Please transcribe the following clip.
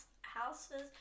houses